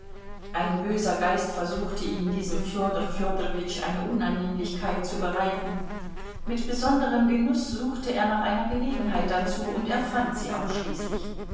ein böser geist versuchte ihn diesem fjodor fjodorowitsch eine unannehmlichkeit zu bereiten mit besonderem genuß suchte er nach einer gelegenheit dazu und er fand sie auch schließlich